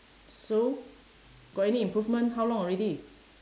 so got any improvement how long already